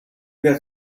got